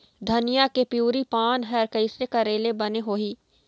धनिया के पिवरी पान हर कइसे करेले बने होही?